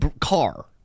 car